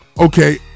Okay